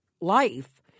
life